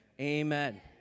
amen